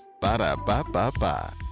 Ba-da-ba-ba-ba